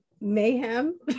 mayhem